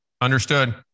Understood